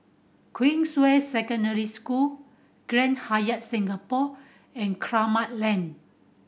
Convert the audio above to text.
Queensway Secondary School Grand Hyatt Singapore and Kramat Lane